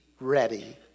ready